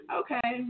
okay